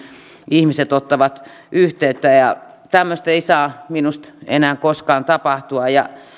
ihmiset ottavat yhteyttä tämmöistä ei saa minusta enää koskaan tapahtua